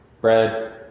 Bread